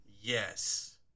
yes